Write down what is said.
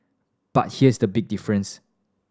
but here is the big difference